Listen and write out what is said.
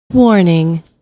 WARNING